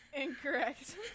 Incorrect